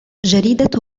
جريدة